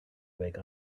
wake